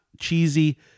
cheesy